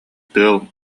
тыал